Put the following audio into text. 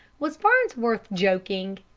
was farnsworth joking?